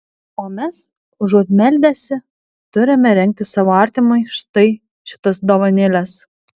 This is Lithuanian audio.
o mes užuot meldęsi turime rengti savo artimui štai šitas dovanėles